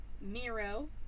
miro